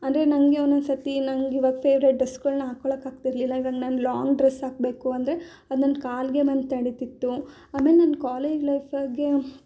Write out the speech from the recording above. ಅಂದರೆ ನನಗೆ ಒಂದೊಂದು ಸರ್ತಿ ನಂಗೆ ಇವಾಗ ಫೇವ್ರೆಟ್ ಡ್ರೆಸ್ಗಳನ್ನ ಹಾಕ್ಕೊಳ್ಳೋಕ್ಕೆ ಆಗ್ತಿರಲಿಲ್ಲ ಇವಾಗ ನನ್ನ ಲಾಂಗ್ ಡ್ರಸ್ಸ್ ಹಾಕಬೇಕು ಅಂದರೆ ಅದು ನನ್ನ ಕಾಲಿಗೆ ಬಂದು ತಡೀತಿತ್ತು ಅದು ನನ್ನ ಕಾಲೇಜ್ ಲೈಫಗೆ